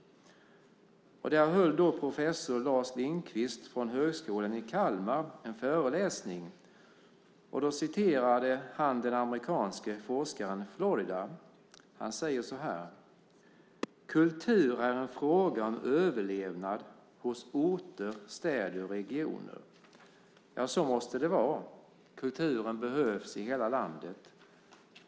Där höll professor Lars Lindkvist från Högskolan i Kalmar en föreläsning. Han återgav vad den amerikanske forskaren Florida har sagt. Han säger så här: Kultur är en fråga om överlevnad hos orter, städer och regioner. Ja, så måste det vara. Kulturen behövs i hela landet.